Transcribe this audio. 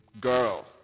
girl